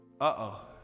Uh-oh